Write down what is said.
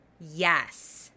Yes